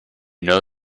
know